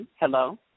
Hello